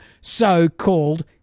so-called